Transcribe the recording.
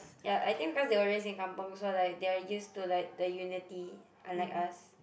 ya I think cause they were live in kampung so like they are used to like the unity unlike us